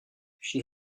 she